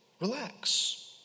relax